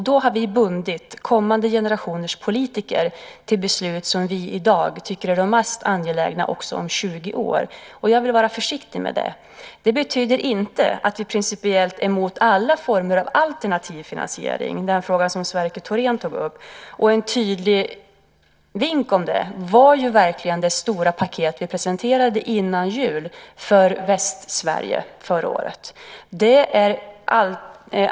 Då har vi bundit kommande generationers politiker till beslut som vi i dag tycker är de mest angelägna också om 20 år. Jag vill vara försiktig med det. Det betyder inte att vi principiellt är emot alla former av alternativ finansiering. Det var den fråga som Sverker Thorén tog upp. En tydlig vink om det var det stora paket för Västsverige som vi presenterade före jul förra året.